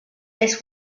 this